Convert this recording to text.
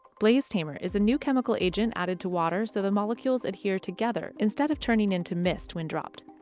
blaze tamer is a new chemical agent added to water so the molecules adhere together instead of turning into mist when dropped.